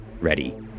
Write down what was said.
ready